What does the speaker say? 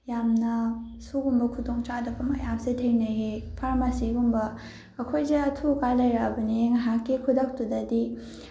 ꯌꯥꯝꯅ ꯁꯤꯒꯨꯝꯕ ꯈꯨꯗꯣꯡ ꯆꯥꯗꯕ ꯃꯌꯥꯝꯁꯦ ꯊꯦꯡꯅꯩꯌꯦ ꯐꯥꯔꯃꯥꯁꯤꯒꯨꯝꯕ ꯑꯩꯈꯣꯏꯁꯦ ꯑꯊꯨ ꯑꯀꯥꯏ ꯂꯩꯔꯛꯂꯕꯅꯤ ꯉꯩꯍꯥꯛꯀꯤ ꯈꯨꯗꯛꯇꯨꯗꯗꯤ